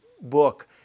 book